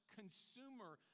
consumer